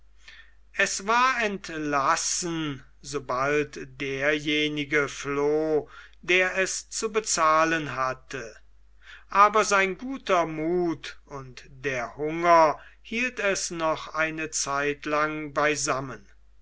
es war entlassen sobald derjenige floh der es zu bezahlen hatte aber sein guter muth und der hunger hielt es noch eine zeitlang beisammen